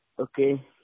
Okay